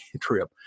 trip